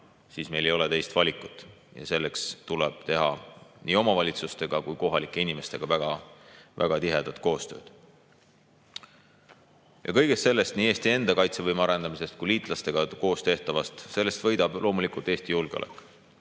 siis meil ei ole teist valikut. Ja selleks tuleb teha nii omavalitsustega kui ka kohalike inimestega väga tihedat koostööd. Kõigest sellest, nii Eesti enda kaitsevõime arendamisest kui ka liitlastega koos tehtavast, võidab loomulikult Eesti julgeolek.